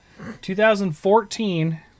2014